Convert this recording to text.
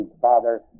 Father